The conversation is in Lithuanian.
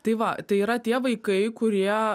tai va tai yra tie vaikai kurie